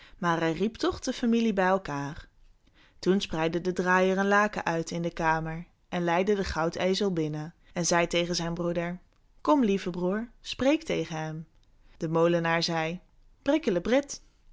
maar hij riep toch de familie bij elkaâr toen spreidde de draaier een laken uit in de kamer en leidde den goudezel binnen en hij zei tegen zijn broeder kom lieve broer spreek tegen hem de molenaar zei